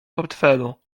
portfelu